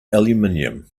aluminium